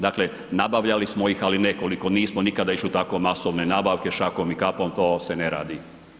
Dakle, nabavljali smo ih, ali nekoliko, nismo nikada išli u tako masovne nabavke šakom i kapom, to se ne radi.